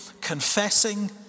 confessing